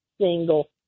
single